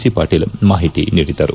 C Patil ಮಾಹಿತಿ ನೀಡಿದರು